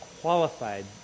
qualified